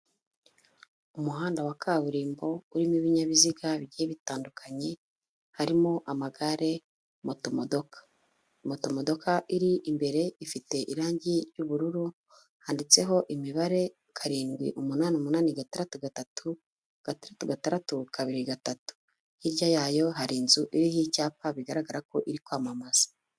Umuhanda wa kaburimbo urimo ibinyabiziga bijye bitandukanye harimo amagare motomodoka. Motomodoka iri imbere ifite irangi ry'ubururu handitseho imibare karindwi umunani umunani gatadatu gatatu gatu gatadatu kabiri gatatu hirya yayo hari inzu iriho icyapa bigaragara ko iri kwamamaza.